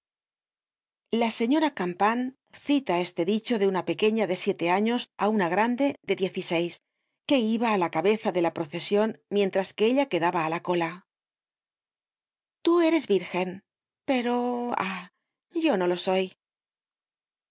la señora campan cita este dicho de una pequeña de siete años á una grande de diez y seis que iba á la cabeza de la procesion mientras que ella quedaba á la cola tú eres virgen pero ah yo no lo soy